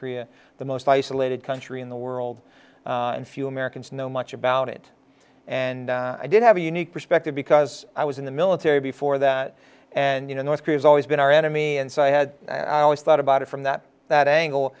korea the most isolated country in the world and few americans know much about it and i did have a unique perspective because i was in the military before that and you know north korea's always been our enemy and so i had always thought about it from that that angle